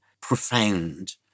profound